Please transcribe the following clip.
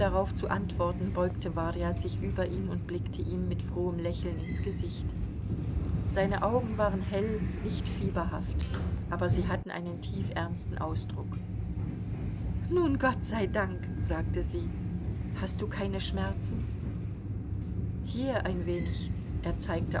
darauf zu antworten beugte warja sich über ihn und blickte ihm mit frohem lächeln ins gesicht seine augen waren hell nicht fieberhaft aber sie hatten einen tiefernsten ausdruck nun gott sei dank sagte sie hast du keine schmerzen hier ein wenig er zeigte